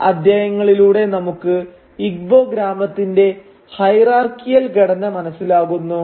ഈ അധ്യായങ്ങളിലൂടെ നമുക്ക് ഇഗ്ബോ ഗ്രാമത്തിന്റെ ഹൈറാർക്കിയൽ ഘടന മനസ്സിലാകുന്നു